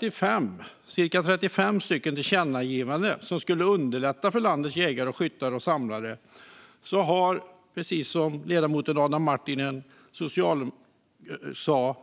Trots cirka 35 tillkännagivanden som skulle underlätta för landets jägare, skyttar och samlare har, precis som ledamoten Adam Marttinen sa,